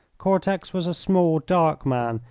cortex was a small, dark man,